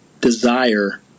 desire